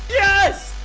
yes!